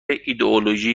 ایدئولوژی